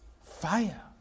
Fire